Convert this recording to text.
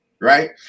Right